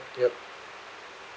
yup